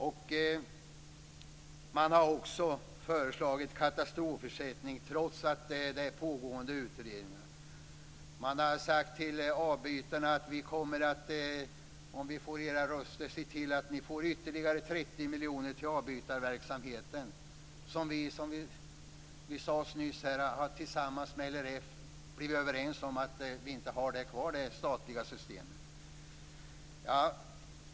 Kristdemokraterna har föreslagit katastrofersättning trots pågående utredningar. Man har sagt till avbytarna att om vi får era röster kommer vi att se till att ni får ytterligare 30 miljoner till avbytarverksamheten. Som sades nyss har vi tillsammans med LRF kommit överens om att inte ha kvar detta statliga system.